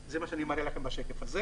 זה קשה לקבל אותם,